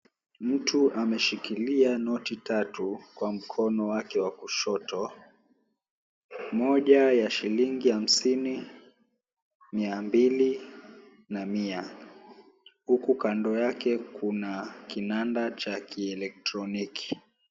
Mtu ameshikilia noti tatu kwa mkono wake wa kushoto, moja ya shilingi hamsini, mia mbili na mia huku kando yake kuna kinanda cha kielektroniki.